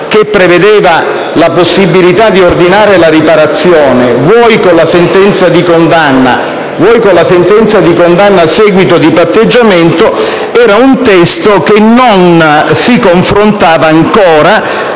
che prevedeva la possibilità di ordinare la riparazione, vuoi con la sentenza di condanna, vuoi con la sentenza di condanna a seguito di patteggiamento, non si confrontava ancora